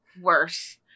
worse